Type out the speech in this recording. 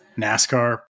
NASCAR